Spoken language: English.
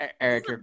eric